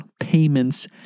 payments